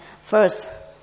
First